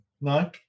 No